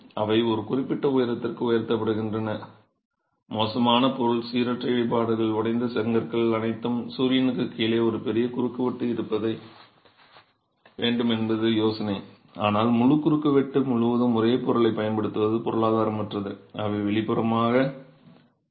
அவை ஒரு குறிப்பிட்ட உயரத்திற்கு உயர்த்தப்படுகின்றன மோசமான பொருள் சீரற்ற இடிபாடுகள் உடைந்த செங்கற்கள் அனைத்தும் சூரியனுக்குக் கீழே ஒரு பெரிய குறுக்குவெட்டு வேண்டும் என்பது யோசனை ஆனால் முழு குறுக்குவெட்டு முழுவதும் ஒரே பொருளைப் பயன்படுத்துவது பொருளாதாரமற்றது அவை வெளிப்புறமாக இருக்கும்